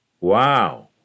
Wow